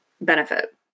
benefit